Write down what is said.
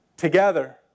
Together